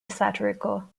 satirical